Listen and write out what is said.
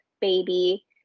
baby